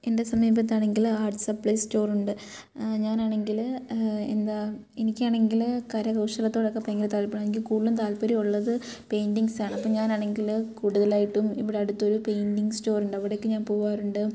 എൻ്റെ സമീപത്താണെങ്കിൽ arts supply സ്റ്റോറുണ്ട് ഞാനാണെങ്കിൽ എന്താ എനിക്കാണെങ്കിൽ കര കൗശലത്തോടൊക്കെ ഭയങ്കര താല്പര്യമാണ് എനിക്ക് കൂടുതലും താല്പര്യമുള്ളത് പെയിൻറ്റിങ്സാണ് അപ്പം ഞാനാണെങ്കിൽ കൂടുതലായിട്ടും ഇവിടെ അടുത്തൊരു പെയിൻറ്റിങ് സ്റ്റോറുണ്ട് അവിടെയൊക്കെ ഞാൻ പോവാറുണ്ട്